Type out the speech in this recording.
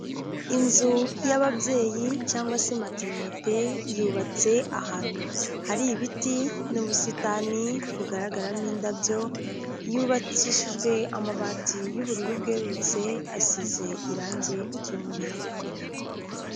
Inzu y'ababyeyi cyangwa se materinite, yubatse ahantu hari ibiti n'ubusitani bugaragaramo indabyo, yubakishijwe amabati y'ubururu bwerurutse, asize irangi ry'umweru.